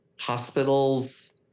hospitals